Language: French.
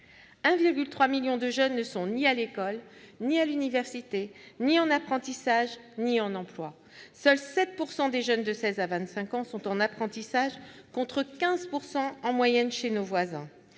1,3 million de jeunes ne sont ni à l'école, ni à l'université, ni en apprentissage, ni en emploi. Seuls 7 % des jeunes de 16 à 25 ans sont en apprentissage, contre 15 % en moyenne chez nos voisins.